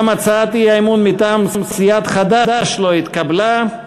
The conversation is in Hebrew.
גם הצעת האי-אמון מטעם סיעת חד"ש לא התקבלה.